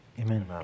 Amen